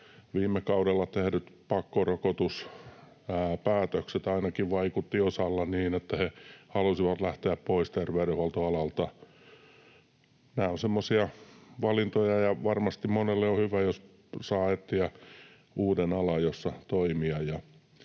Viime kaudella tehdyt pakkorokotuspäätökset ainakin vaikuttivat osalla niin, että he halusivat lähteä pois terveydenhuoltoalalta. Nämä ovat semmoisia valintoja, ja varmasti monelle on hyvä, jos saa etsiä uuden alan, jolla toimia.